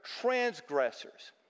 transgressors